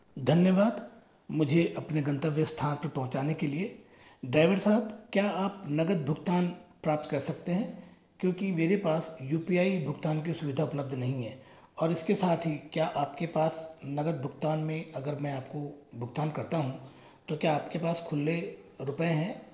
धन्यवाद मुझे अपने गंतव्य स्थान पर पहुँचाने के लिए ड्राईवर साहब क्या आप नगद भुगतान प्राप्त कर सकते हैं क्योंकी मेरे पास यू पी आई भुगतान की सुविधा उपलब्ध नहीं है और इसके साथ ही क्या आपके पास नगद भुगतान में अगर मैं आपको भुगतान करता हूँ तो क्या आपके पास खुल्ले रुपए हैं